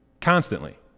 Constantly